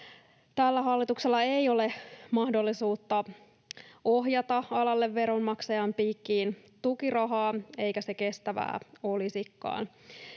Tällä hallituksella ei ole mahdollisuutta ohjata alalle veronmaksajan piikkiin tukirahaa, eikä se kestävää olisikaan.